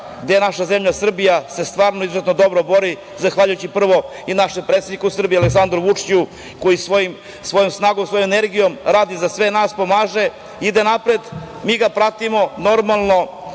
gde naša zemlja Srbija se stvarno izuzetno dobro bori zahvaljujući prvo našem predsedniku Aleksandru Vučiću koji svojom snagom, svojom energijom radi za sve nas, pomaže, ide napred. Mi ga pratimo, normalno,